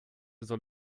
soll